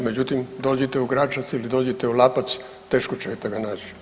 Međutim, dođite u Građac, dođite u Lapac teško ćete ga naći.